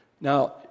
Now